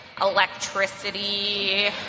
electricity